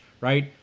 right